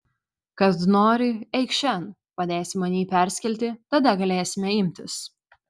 kad nori eikš šen padėsi man jį perskelti tada galėsime imtis